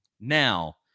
Now